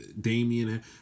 Damian